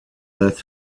earth